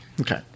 Okay